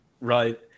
Right